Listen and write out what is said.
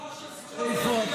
שדיברה במפורש על זכויות לאומיות,